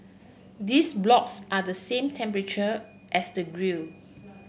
these blocks are the same temperature as the grill